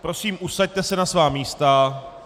Prosím, usaďte se na svá místa.